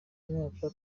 mwaka